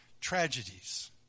tragedies